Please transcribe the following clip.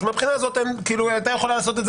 אז מהבחינה הזאת היא הייתה יכולה לעשות את זה